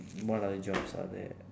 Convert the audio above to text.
what other jobs are there